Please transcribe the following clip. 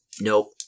nope